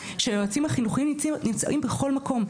שהיועצים החינוכיים נמצאים בכל מקום.